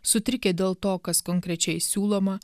sutrikę dėl to kas konkrečiai siūloma